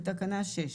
בתקנה 6,